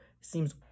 seems